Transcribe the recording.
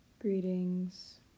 Greetings